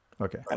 Okay